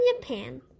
Japan